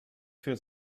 für